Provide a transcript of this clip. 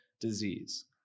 disease